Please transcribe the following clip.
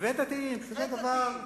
שני דתיים,